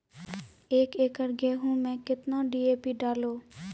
एक एकरऽ गेहूँ मैं कितना डी.ए.पी डालो?